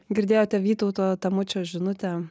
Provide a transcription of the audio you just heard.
girdėjote vytauto tamučio žinutę